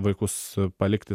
vaikus palikti